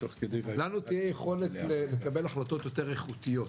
לנו תהיה יכולת לקבל החלטות יותר איכותיות.